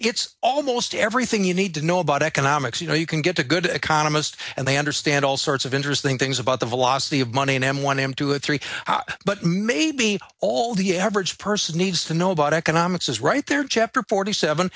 it's almost everything you need to know about economics you know you can get a good economy and they understand all sorts of interesting things about the velocity of money in m one m two a three but maybe all the average person needs to know about economics is right there chapter forty seven